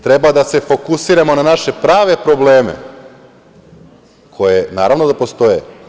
Treba da se fokusiramo na naše prave probleme koji naravno da postoje.